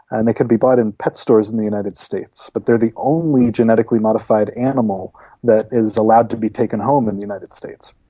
and they can be bought in pet stores in the united states. but they're the only genetically modified animal that is allowed to be taken home in the united states.